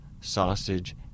sausage